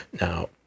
Now